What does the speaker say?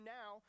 now